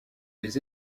des